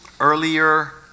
Earlier